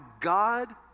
God